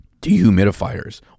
dehumidifiers